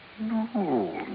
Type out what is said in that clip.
No